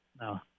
No